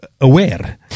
aware